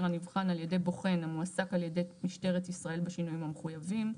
הנבחן על ידי בוחן המוסק על ידי משטרת ישראל בשינויים המחויבים.